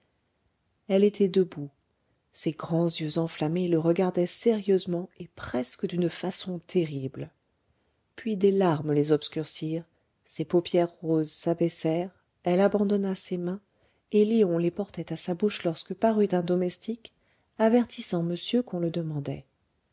elle était debout ses grands yeux enflammés le regardaient sérieusement et presque d'une façon terrible puis des larmes les obscurcirent ses paupières roses s'abaissèrent elle abandonna ses mains et léon les portait à sa bouche lorsque parut un domestique avertissant monsieur qu'on le demandait